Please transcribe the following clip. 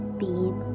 beam